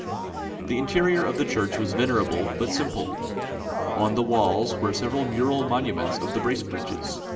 the interior of the church was venerable but simple on the walls were several mural monuments of the bracebridges,